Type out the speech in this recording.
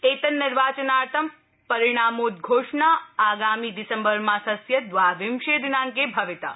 एतन्निर्वाचनाथं परिणामोद्वोषणा आगामि दिसम्बर मासस्य द्वाविंशे दिनाड़के भविता